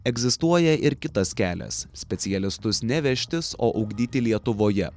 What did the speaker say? egzistuoja ir kitas kelias specialistus ne vežtis o ugdyti lietuvoje